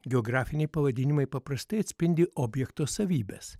geografiniai pavadinimai paprastai atspindi objekto savybes